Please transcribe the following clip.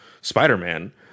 Spider-Man